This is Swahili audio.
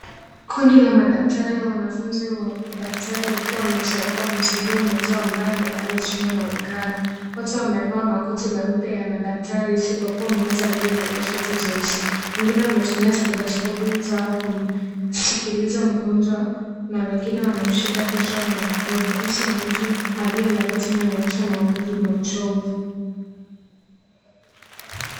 Kundi la madaktari au wanafunzi wa udaktari wakiwa wamekusanyika kumsaidia mwenzao ambaye amelala chini anaonekana. Wote wamevaa makoti meupe ya madaktari isipokua mmoja aliyevalia shati jeusi. Wengine wanatumia skethoskopu zao kumsikiliza mgonjwa na wengine wanaoshika kichwa na mkono. Uso wa mtu aliyelala unaonyesha maumivu na uchovu.